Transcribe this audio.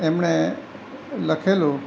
એમણે લખેલું